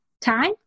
time